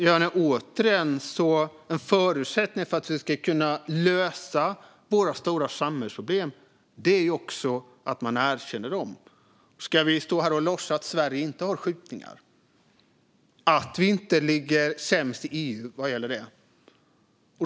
Fru talman! En förutsättning för att vi ska kunna lösa våra stora samhällsproblem är att vi erkänner dem. Ska vi stå här och låtsas att Sverige inte har skjutningar och att vi inte ligger sämst till i EU vad gäller det?